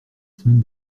semaine